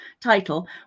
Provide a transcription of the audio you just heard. title